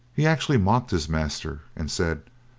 he actually mocked his master, and said,